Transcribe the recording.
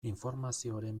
informazioren